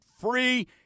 free